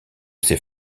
ces